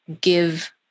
give